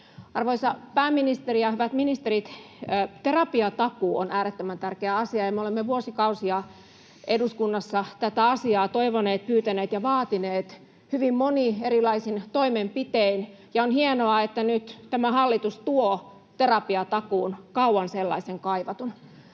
Arvoisa pääministeri ja hyvät ministerit, terapiatakuu on äärettömän tärkeä asia, ja me olemme vuosikausia eduskunnassa tätä asiaa toivoneet, pyytäneet ja vaatineet hyvin moni erilaisin toimenpitein, ja on hienoa, että nyt tämä hallitus tuo terapiatakuun, kauan sellaisen kaivatun.